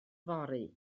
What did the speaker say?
fory